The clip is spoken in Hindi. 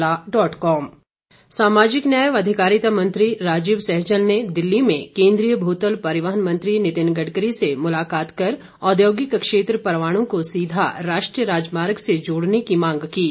सहजल सामाजिक न्याय व अधिकारिता मंत्री राजीव सहजल ने दिल्ली में केंद्रीय भूतल परिवहन मंत्री नितिन गडकरी से मुलाकात कर औद्योगिक क्षेत्र परवाणू को सीधा राष्ट्रीय राजमार्ग से जोड़ने की मांग की है